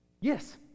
Yes